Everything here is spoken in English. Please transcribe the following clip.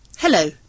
Hello